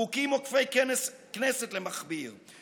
חוקים עוקפי כנסת למכביר,